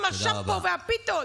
עם השמפו והפיתות.